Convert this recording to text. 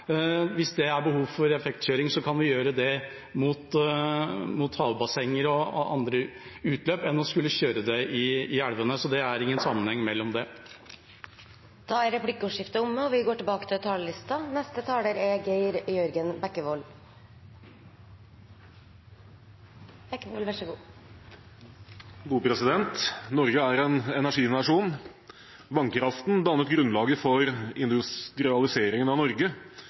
Hvis det er behov for effektkjøring, kan vi gjøre det mot havbassenger og andre utløp i stedet for å kjøre det i elvene, så det er ingen sammenheng her. Da er replikkordskiftet omme. Norge er en energinasjon. Vannkraften dannet grunnlaget for industrialiseringen av Norge, og dette var fortrinnet som gjorde oss til en industrinasjon og dannet grunnlaget for